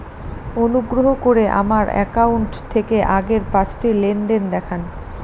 অনুগ্রহ করে আমার অ্যাকাউন্ট থেকে আগের পাঁচটি লেনদেন দেখান